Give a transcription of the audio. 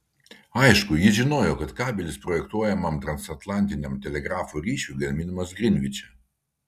aišku jis žinojo kad kabelis projektuojamam transatlantiniam telegrafo ryšiui gaminamas grinviče